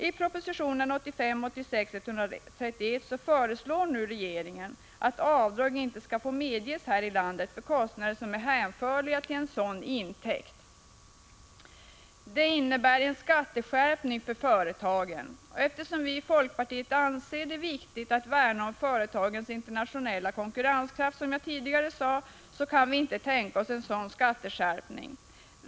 I propositionen 1985/86:131 föreslår nu regeringen att avdrag inte skall få medges här i landet för kostnader som är hänförliga till en sådan intäkt. Detta innebär en skatteskärpning för företagen. Eftersom vi i folkpartiet anser det viktigt att värna om företagens internationella konkurrenskraft, kan vi inte tänka oss en sådan skatteskärpning.